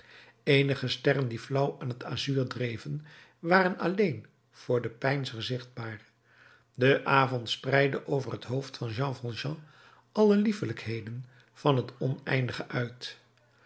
eenige sterren die flauw aan t azuur dreven waren alleen voor den peinzer zichtbaar de avond spreidde over t hoofd van jean valjean alle liefelijkheden van het oneindige uit